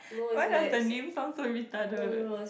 why does the name sound so retarded